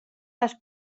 les